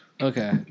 Okay